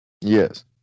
Yes